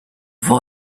for